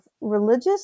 religious